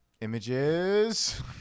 images